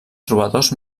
trobadors